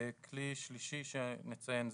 כלי שלישי שנציין,